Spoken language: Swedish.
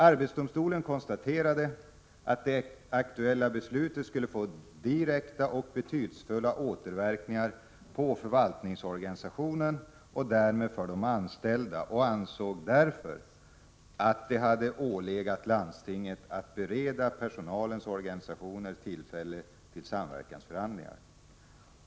Arbetsdomstolen konstaterade att det aktuella beslutet skulle få direkta och betydelsefulla återverkningar på förvaltningsorganisationen och därmed för de anställda och ansåg därför att det hade ålegat landstinget att bereda personalens organisationer tillfälle till samverkansförhandlingar.